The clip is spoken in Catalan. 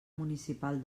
municipal